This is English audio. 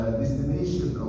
destination